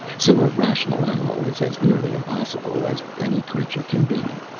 so a rational animal is as nearly impossible as any creature can be.